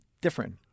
different